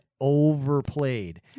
overplayed